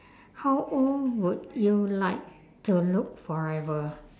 how old would you like to look forever